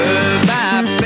Goodbye